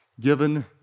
given